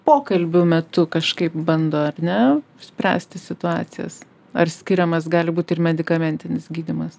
pokalbių metu kažkaip bando ar ne spręsti situacijas ar skiriamas gali būt ir medikamentinis gydymas